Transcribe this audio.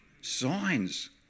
signs